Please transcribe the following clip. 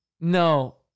No